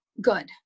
good